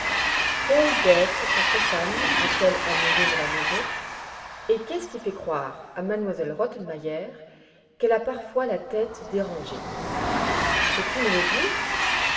quelles bêtes ta compagne a-t-elle amenées dans la maison et qu'est-ce qui fait croire à m elle rottenmeier qu'elle a parfois la tête dérangée peux-tu me le dire